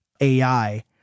AI